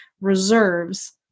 reserves